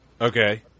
Okay